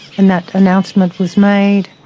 and that announcement was made,